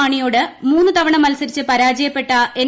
മാണിയോട് മൂന്നു തവണ മത്സരിച്ച് പരാജയപ്പെട്ട എൻ